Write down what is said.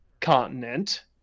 continent